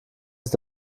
ist